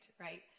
right